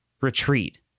retreat